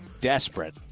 desperate